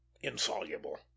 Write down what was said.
insoluble